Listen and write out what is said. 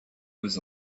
was